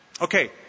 Okay